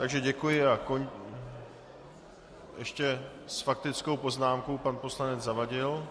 Takže děkuji a končím ještě s faktickou poznámkou pan poslanec Zavadil.